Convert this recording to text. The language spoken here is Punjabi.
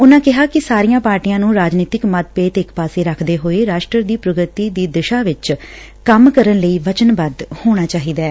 ਉਨੂਾ ਕਿਹਾ ਕਿ ਸਾਰੀਆਂ ਪਾਰਟੀਆਂ ਨੂੰ ਰਾਜਨੀਤਿਕ ਮਤਭੇਦ ਇਕ ਪਾਸੇ ਰੱਖਦੇ ਹੋਏ ਰਾਸ਼ਟਰ ਦੀ ਪ੍ਗਤੀ ਦੀ ਦਿਸ਼ਾ ਵਿਚ ਕੰਮ ਕਰਨ ਲਈ ਵੱਚਨਬੱਧ ਹੋਣਾ ਚਾਹੀਦੈ